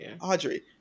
Audrey